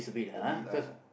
abit lah